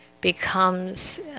becomes